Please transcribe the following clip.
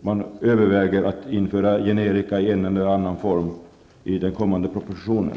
man överväger att införa frågan om generika i en eller annan form i den kommande propositionen.